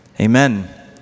Amen